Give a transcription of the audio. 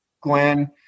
Glenn